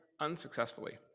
unsuccessfully